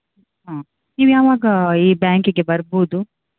ಹಾಂ ನೀವು ಯಾವಾಗ ಈ ಬ್ಯಾಂಕಿಗೆ ಬರ್ಬೋದು